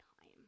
time